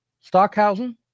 Stockhausen